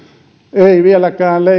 ei vieläkään